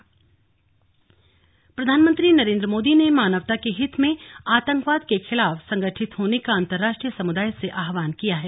slug प्रधानमंत्री प्रधानमंत्री नरेन्द्र मोदी ने मानवता के हित में आतंकवाद के खिलाफ संगठित होने का अंतर्राष्ट्रीय समुदाय से आहवान किया है